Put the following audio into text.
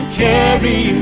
carry